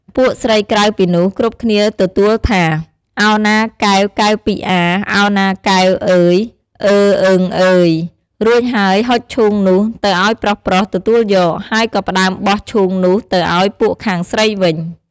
ពួកស្រីក្រៅពីនោះគ្រប់គ្នាទទួលថា «ឱណាកែវកែវពិអា ឱណាកែវ អឺយ អឺអឺងអឺយ!» រួចហើយហុចឈូងនោះទៅអោយប្រុសៗ ទទួយក ហើយក៏ផ្ដើមបោះឈូងនោះទៅអោយពួកខាងស្រីវិញ។